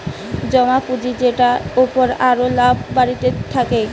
জমা পুঁজি যেটার উপর আরো লাভ বাড়তে থাকে